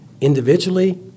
individually